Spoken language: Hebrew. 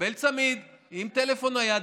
לקבל צמיד עם טלפון נייד,